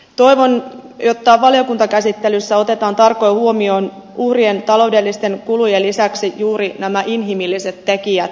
toivon että valiokuntakäsittelyssä otetaan tarkoin huomioon uhrien taloudellisten kulujen lisäksi juuri nämä inhimilliset tekijät